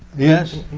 yes?